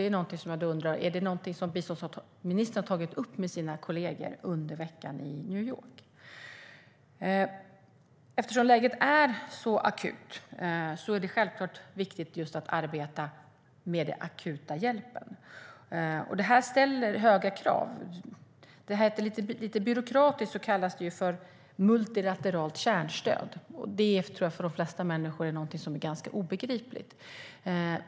Är detta något som biståndsministern har tagit upp med sina kollegor under veckan i New York? Eftersom läget är så akut är det självklart viktigt att arbeta med den akuta hjälpen. Detta ställer höga krav. Lite byråkratiskt kallas det ju för multilateralt kärnstöd, och det låter nog för de flesta människor ganska obegripligt.